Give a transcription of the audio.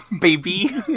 Baby